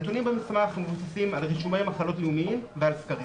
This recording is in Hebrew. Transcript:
הנתונים במסמך מבוססים על רישומי מחלות לאומיים ועל סקרים.